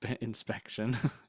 inspection